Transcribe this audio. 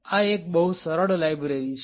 આ એક બહુ સરળ લાઇબ્રેરી છે